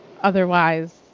Otherwise